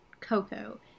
Coco